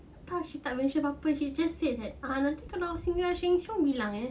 entah she tak mention apa she just said that ah nanti kalau singgah sheng siong bilang eh